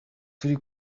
turi